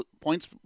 points